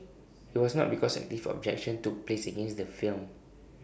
IT was not because active objection took place against the film